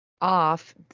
off